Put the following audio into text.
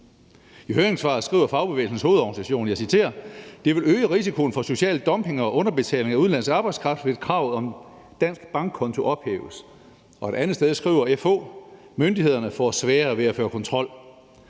I høringssvaret skriver Fagbevægelsens Hovedorganisation, og jeg citerer: »Det vil øge risikoen for social dumping og underbetaling af udenlandsk arbejdskraft, hvis kravet om dansk bankkonto ophæves ...« Et andet sted skriver FH: »Myndighederne får sværere ved at føre kontrol